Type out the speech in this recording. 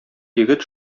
егет